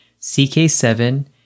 CK7